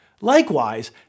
Likewise